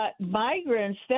migrants